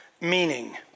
meaning